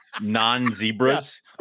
non-zebras